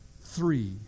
Three